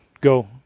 Go